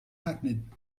hackneyed